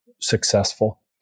successful